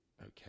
Okay